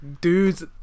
Dudes